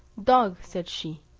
dog, said she,